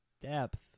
depth